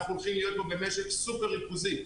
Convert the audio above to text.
אנחנו הולכים להיות פה במשק סופר ריכוזי,